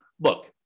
look